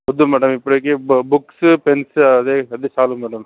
వద్దు మేడమ్ ఇప్పటికి books pens అదే అది చాలు మేడమ్